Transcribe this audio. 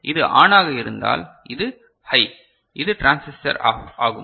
எனவே இது ஆணாக இருந்தால் இது ஹை இந்த டிரான்சிஸ்டர் ஆப்ஃ ஆகும்